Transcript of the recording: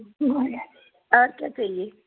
और क्या चाहिए